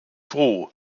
froh